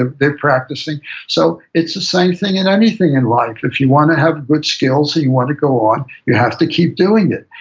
ah they're practicing so it's the same thing in anything in life. if you want to have good skills and you want to go on, you have to keep doing it,